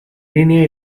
línea